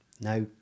Now